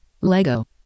LEGO